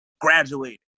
graduated